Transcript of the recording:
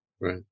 Right